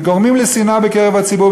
וגורמים לשנאה בקרב הציבור,